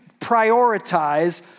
prioritize